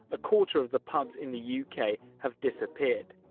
a quarter of the pubs in the u k. have disappeared.